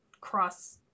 cross